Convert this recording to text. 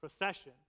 procession